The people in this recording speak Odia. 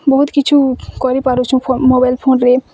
ବହୁତ୍ କିଛୁ କରି ପାରୁଛୁଁ ଫୋନ୍ ମୋବାଇଲ୍ ଫୋନ୍ରେ